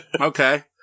Okay